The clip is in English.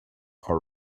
are